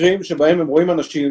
מקרים שבהם הם רואים אנשים,